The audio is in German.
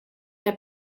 der